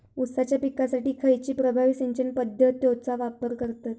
ऊसाच्या पिकासाठी खैयची प्रभावी सिंचन पद्धताचो वापर करतत?